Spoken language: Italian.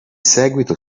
seguito